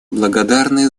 благодарны